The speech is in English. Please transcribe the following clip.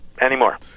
anymore